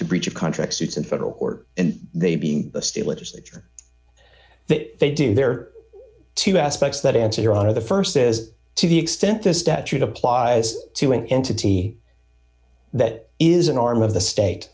to breach of contract suits in federal court and they be the state legislature that they do their two aspects that answer your honor the st says to the extent this statute applies to an entity that is an arm of the state